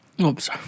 Oops